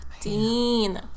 Dean